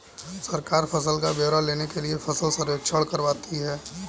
सरकार फसल का ब्यौरा लेने के लिए फसल सर्वेक्षण करवाती है